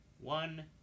one